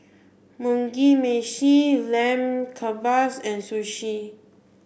Mugi Meshi Lamb Kebabs and Sushi